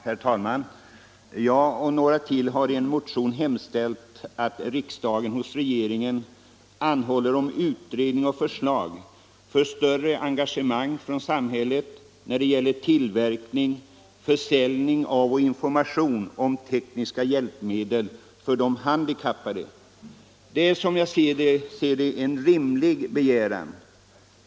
Herr talman! Jag och några till har i en motion hemställt att riksdagen hos regeringen anhåller om utredning och förslag för större engagemang från samhällets sida när det gäller tillverkning, försäljning av och information om tekniska hjälpmedel för handikappade. Det är som jag ser det en rimlig begäran.